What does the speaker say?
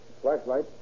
Flashlight